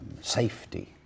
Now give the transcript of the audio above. safety